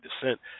descent